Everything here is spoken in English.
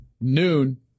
noon